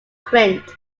print